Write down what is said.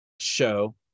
show